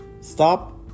stop